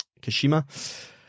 Kashima